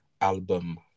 album